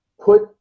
put